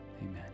amen